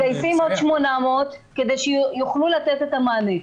מגייסים עוד 800 כדי שיוכלו לתת את המענה.